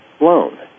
loan